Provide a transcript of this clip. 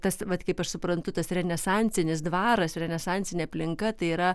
tas vat kaip aš suprantu tas renesansinis dvaras renesansinė aplinka tai yra